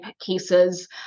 cases